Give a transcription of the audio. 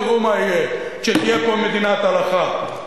תראו מה יהיה כשתהיה פה מדינת הלכה.